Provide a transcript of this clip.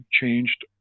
changed